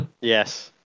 Yes